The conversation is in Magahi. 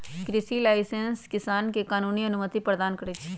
कृषि लाइसेंस किसान के कानूनी अनुमति प्रदान करै छै